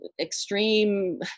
extreme